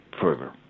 further